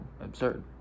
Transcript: absurd